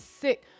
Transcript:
sick